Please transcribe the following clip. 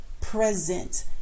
present